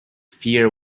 fear